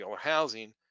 housing